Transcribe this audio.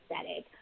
aesthetic